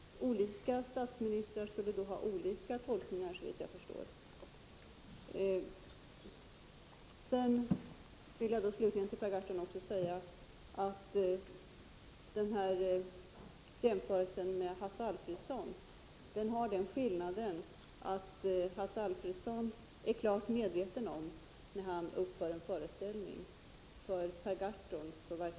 Olika statsministrar skulle då ha olika tolkningar, såvitt jag förstår. Angående Per Gahrtons jämförelse med Hasse Alfredson vill jag påpeka att det finns en skillnad: Hasse Alfredson är klart medveten om när han uppför en föreställning.